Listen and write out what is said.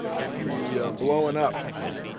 you know, be ah blowing up yeah.